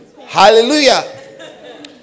Hallelujah